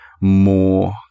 more